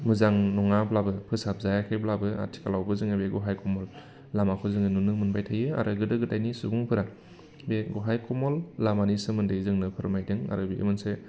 मोजां नङाब्लाबो फोसाब जायाखैब्लाबो आथिखालावबो जोङो बे गहाय कमल लामाखौ जोङो नुनो मोनबाय थायो आरो गोदो गोदायनि सुबुंफोरा बे गहाय कमल लामानि सोमोन्दै जोंनो फोरमायदों आरो बियो मोनसे